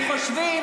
אתם תחזרו מהר מאוד.